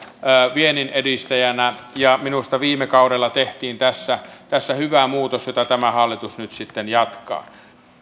vienninedistäjänä ja minusta viime kaudella tehtiin tässä tässä hyvä muutos jota tämä hallitus nyt sitten jatkaa